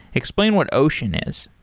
explain what ocean is